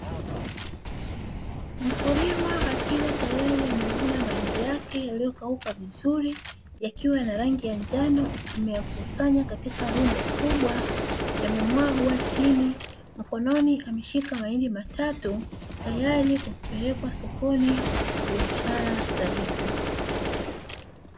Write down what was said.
Mkulima akiwa tayari amevuna mahindi yake yaliyokauka vizuri yakiwa na rangi ya njano, ameyakusanya katika rundo kubwa yamemwagwa chini, mkononi ameshika mahindi matatu tayari kwa kupelekwa sokoni kwa biashara zaidi.